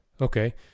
Okay